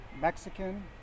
Mexican